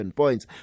points